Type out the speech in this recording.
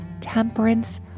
temperance